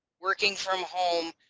working from home,